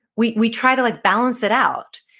we we try to like balance it out.